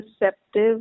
receptive